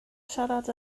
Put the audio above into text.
siarad